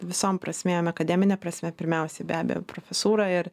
visom prasmėm akademine prasme pirmiausiai be abejo profesūra ir